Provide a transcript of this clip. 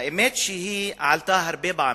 האמת היא שהיא עלתה הרבה פעמים,